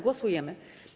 Głosujemy.